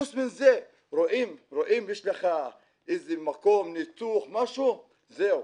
חוץ מזה, רואים שיש לך מקום עם ניתוח זהו,